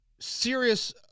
serious